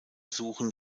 suchen